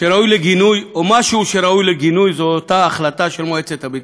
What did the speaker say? מה שראוי לגינוי זה אותה החלטה של מועצת הביטחון.